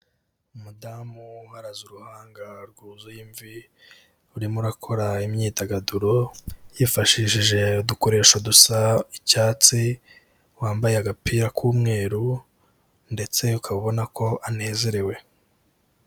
Umudamu uharaze uruhanga rwuzuye imvi, urimo akora imyidagaduro yifashishije udukoresho dusa icyatsi, wambaye agapira k'umweru ndetse ukabona ko anezerewe.